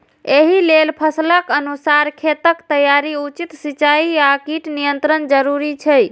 एहि लेल फसलक अनुसार खेतक तैयारी, उचित सिंचाई आ कीट नियंत्रण जरूरी छै